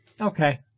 Okay